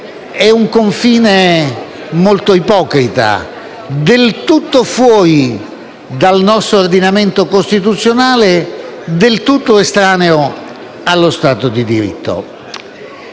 è un confine molto ipocrita, del tutto fuori dal nostro ordinamento costituzionale, del tutto estraneo allo Stato di diritto.